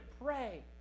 pray